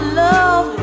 love